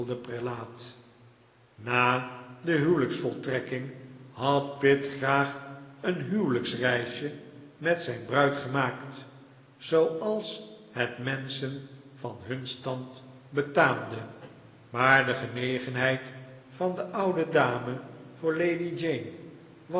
na de huwelijksvoltrekking had pitt graag een huwelijksreisje met zijn bruid gemaakt zooals het menschen van hun stand betaamde maar de genegenheid van de oude dame voor lady jane